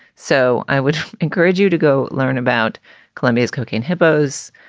so i would encourage you to go learn about colombia's cooking hippos.